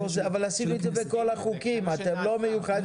אבל עשינו את זה בכל החוקים, אתם לא מיוחדים.